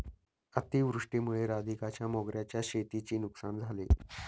अतिवृष्टीमुळे राधिकाच्या मोगऱ्याच्या शेतीची नुकसान झाले